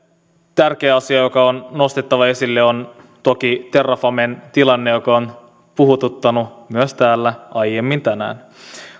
tärkeä asia joka on nostettava esille on toki terrafamen tilanne joka on puhututtanut myös täällä aiemmin tänään